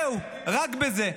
זהו, רק בזה.